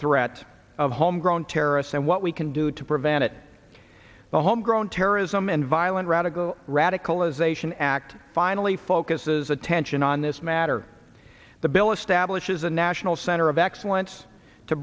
threat of homegrown terrorists and what we can do to prevent it the homegrown terrorism and violent radical radicalization act finally focuses attention on this matter the bill establishes a national center of excellence to